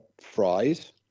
fries